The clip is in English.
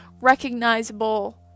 recognizable